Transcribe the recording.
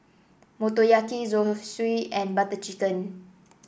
Motoyaki Zosui and Butter Chicken